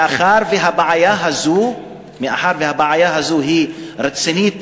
מאחר שהבעיה הזאת היא רצינית,